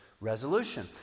resolution